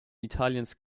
italiens